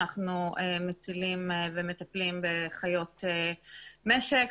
אנחנו מצילים ומטפלים בחיות משק,